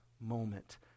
moment